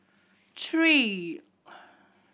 three